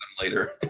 later